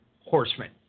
horsemen